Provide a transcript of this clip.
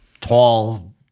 tall